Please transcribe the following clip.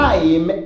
Time